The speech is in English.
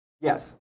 Yes